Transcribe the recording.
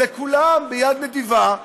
לכולם ביד נדיבה,